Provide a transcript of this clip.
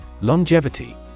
Longevity